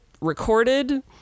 recorded